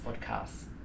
podcasts